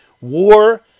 War